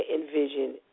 envision